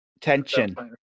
Tension